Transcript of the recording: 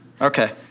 Okay